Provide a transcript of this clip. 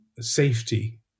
safety